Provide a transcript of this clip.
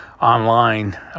online